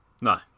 No